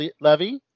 levy